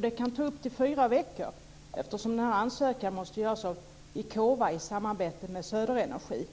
Det kan ta upp till fyra veckor eftersom ansökan måste göras av Icova i samarbete med Söderenergi.